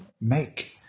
make